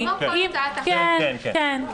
אם לא נעשה את זה --- תכניסי את זה עכשיו,